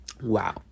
Wow